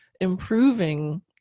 improving